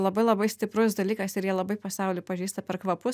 labai labai stiprus dalykas ir jie labai pasaulį pažįsta per kvapus